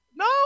No